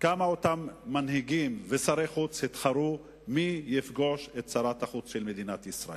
כמה אותם מנהיגים ושרי חוץ התחרו מי יפגוש את שרת החוץ של מדינת ישראל,